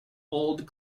old